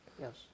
Yes